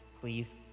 please